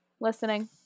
listening